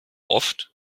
oft